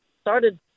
started